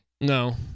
No